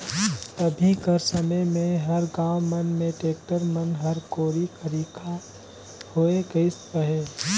अभी कर समे मे हर गाँव मन मे टेक्टर मन हर कोरी खरिखा होए गइस अहे